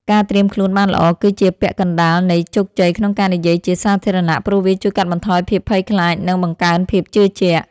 ការត្រៀមខ្លួនបានល្អគឺជាពាក់កណ្ដាលនៃជោគជ័យក្នុងការនិយាយជាសាធារណៈ ព្រោះវាជួយកាត់បន្ថយភាពភ័យខ្លាច និងបង្កើនភាពជឿជាក់។